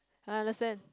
I understand